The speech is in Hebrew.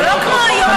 בבקשה.